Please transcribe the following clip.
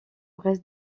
reste